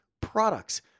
products